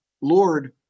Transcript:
Lord